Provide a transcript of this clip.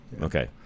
Okay